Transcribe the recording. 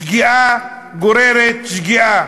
שגיאה גוררת שגיאה.